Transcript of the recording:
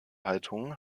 haltung